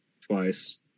twice